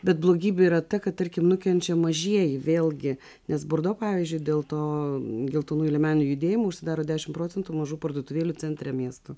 bet blogybė yra ta kad tarkim nukenčia mažieji vėlgi nes bordo pavyzdžiui dėl to geltonųjų liemenių judėjimo užsidaro dešimt procentų mažų parduotuvėlių centre miesto